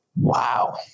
Wow